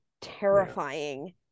terrifying